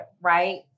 right